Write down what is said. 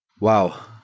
Wow